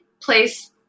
place